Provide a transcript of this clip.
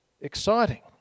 exciting